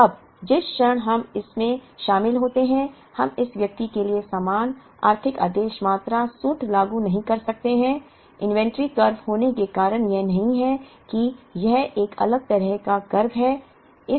अब जिस क्षण हम इसमें शामिल होते हैं हम इस व्यक्ति के लिए समान आर्थिक आदेश मात्रा सूत्र लागू नहीं कर सकते हैं इन्वेंट्री कर्व होने का कारण यह नहीं है कि यह एक अलग तरह का कर्व है